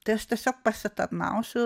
tai aš tiesiog pasitarnausiu